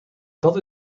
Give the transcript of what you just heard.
dat